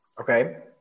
Okay